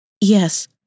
Yes